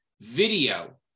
video